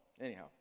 Anyhow